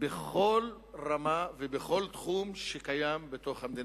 בכל רמה ובכל תחום שקיים במדינה.